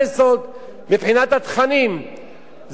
מבחינת התכנים זה קצת שונה,